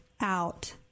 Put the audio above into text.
out